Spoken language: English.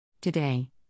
Today